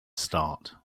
start